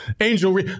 angel